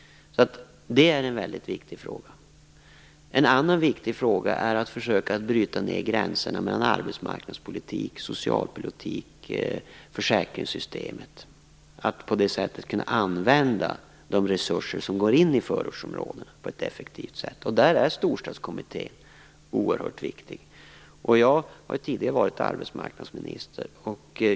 Det är en väldigt viktig fråga. En annan viktig fråga är att försöka bryta ned gränserna mellan arbetsmarknadspolitik, socialpolitik och försäkringssystemet och på det sättet kunna använda de resurser som går in i förortsområden på ett effektivt sätt. Där är Storstadskommittén oerhört viktig. Jag har tidigare varit arbetsmarknadsminister.